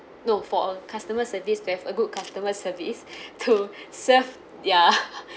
no for a customer service to have a good customer service to serve ya